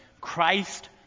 Christ